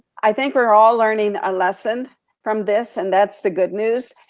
i think we're all learning a lesson from this, and that's the good news.